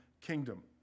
kingdom